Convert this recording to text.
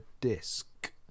disc